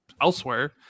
elsewhere